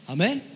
Amen